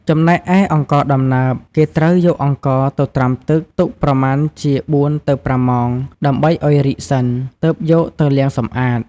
ចំណែកឯ «អង្ករដំណើប» គេត្រូវយកអង្ករទៅត្រាំទឹក ទុកប្រមាណជា៤ទៅ ៥ម៉ោង ដើម្បីឱ្យរីកសិន ទើបយកទៅលាងសម្អាត។